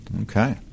Okay